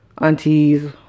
aunties